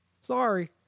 Sorry